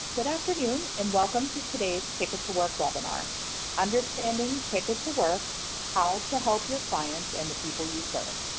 good afternoon, and welcome to today's ticket to work webinar understanding ticket to work how to help your clients and the people you serve.